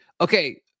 Okay